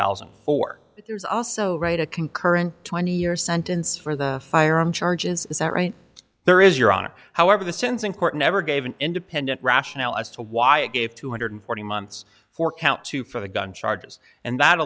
thousand and four there's also right a concurrent twenty year sentence for the firearm charges is that right there is your honor however the sense in court never gave an independent rationale as to why it gave two hundred forty months for count two for the gun charges and that